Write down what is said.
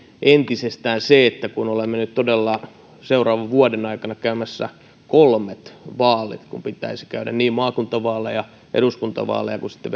entisestään se että olemme nyt todella seuraavan vuoden aikana käymässä kolmet vaalit kun pitäisi käydä niin maakuntavaaleja eduskuntavaaleja kuin sitten